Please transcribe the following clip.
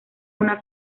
una